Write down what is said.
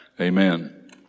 Amen